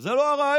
זה לא הרעיון.